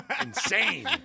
insane